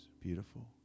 Beautiful